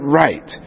right